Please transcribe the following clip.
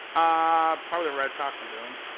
ah probably the red sox and bruins.